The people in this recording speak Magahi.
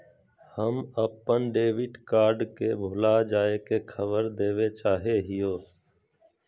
हम अप्पन डेबिट कार्ड के भुला जाये के खबर देवे चाहे हियो